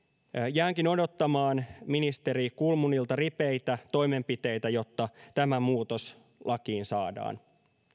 jäänkin odottamaan ministeri kulmunilta ripeitä toimenpiteitä jotta tämä muutos lakiin saadaan